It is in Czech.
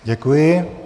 Děkuji.